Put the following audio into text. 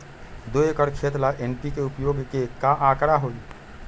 दो एकर खेत ला एन.पी.के उपयोग के का आंकड़ा होई?